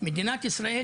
מדינת ישראל,